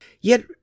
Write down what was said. Yet